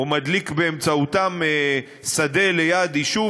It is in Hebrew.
או מדליק באמצעותם שדה ליד יישוב,